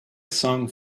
song